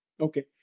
Okay